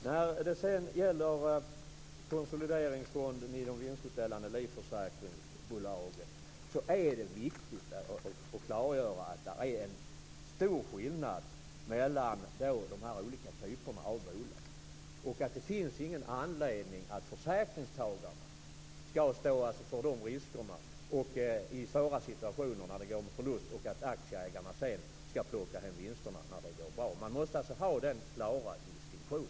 När det gäller konsolideringsfonden i vinstutdelande livförsäkringsbolag är det viktigt att klargöra att det är stor skillnad mellan olika typer av bolag. Det finns ingen anledning att försäkringstagarna skall stå för riskerna i svåra situationer, när bolagen går med förlust, och att aktieägarna sedan skall plocka hem vinsterna när det går bra. Det måste finnas en klar distinktion.